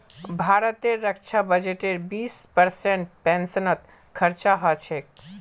भारतेर रक्षा बजटेर बीस परसेंट पेंशनत खरचा ह छेक